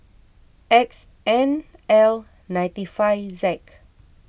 X N L ninety five Z